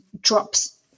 drops